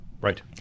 Right